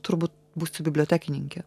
turbūt būsiu bibliotekininkė